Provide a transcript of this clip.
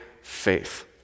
faith